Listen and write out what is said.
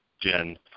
Jen